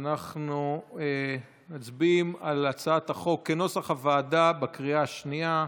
אנחנו מצביעים על הצעת החוק כנוסח הוועדה בקריאה השנייה.